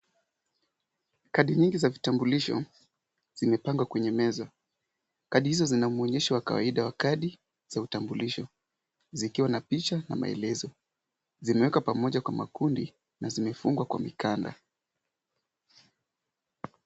Kadi nyingi za vitambulisho zimepangwa kwenye meza. Kadi hizo zina mwonyesho wa kawaida wa kadi za utambulisho, zikiwa na picha na maelezo. Zimewekwa pamoja kwa makundi na zimefungwa kwa mikanda.